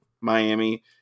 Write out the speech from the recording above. Miami